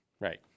right